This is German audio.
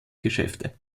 geschäfte